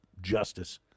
justice